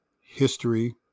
history